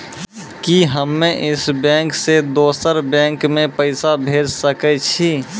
कि हम्मे इस बैंक सें दोसर बैंक मे पैसा भेज सकै छी?